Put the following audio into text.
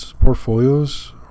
portfolios